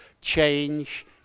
change